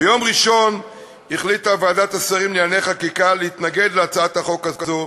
ביום ראשון החליטה ועדת השרים לענייני חקיקה להתנגד להצעת החוק הזאת.